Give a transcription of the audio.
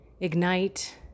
ignite